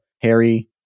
Harry